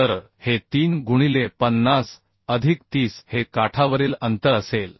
तर हे 3 गुणिले 50 अधिक 30 हे काठावरील अंतर असेल